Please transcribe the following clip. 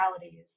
realities